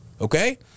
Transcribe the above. okay